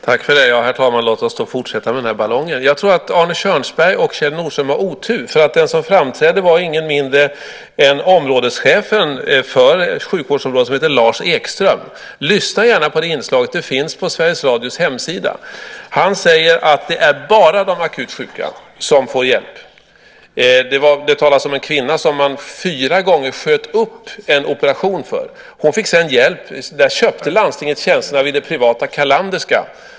Herr talman! Låt oss då fortsätta med den här ballongen. Arne Kjörnsberg och Kjell Nordström har otur. Den som framträdde var ingen mindre än områdeschefen för ett sjukvårdsområde som hette Lars Ekström. Lyssna gärna på det inslaget! Det finns på Sveriges Radios hemsida. Lars Ekström säger att det bara är de akut sjuka som får hjälp. Det talas om en kvinna som man sköt upp en operation för fyra gånger. Hon fick sedan hjälp genom att landstinget köpte tjänster vid det privata Callanderska.